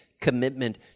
commitment